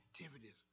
activities